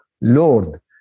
Lord